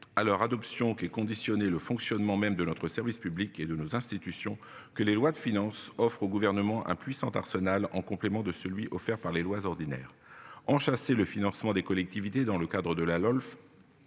à leur adoption qui est conditionné le fonctionnement même de notre service public et de nos institutions que les lois de finances offre au gouvernement impuissant Arsenal en complément de celui offert par les lois ordinaires. Enchâssées le financement des collectivités dans le cadre de la LOLF.